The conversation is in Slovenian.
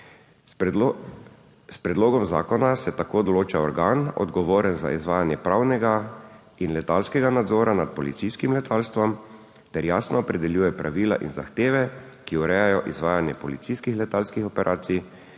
S predlogom zakona se tako določa organ, odgovoren za izvajanje pravnega in letalskega nadzora nad policijskim letalstvom ter jasno opredeljuje pravila in zahteve, ki urejajo izvajanje policijskih letalskih operacij,